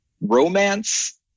romance